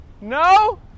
No